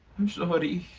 i'm sorry.